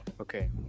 okay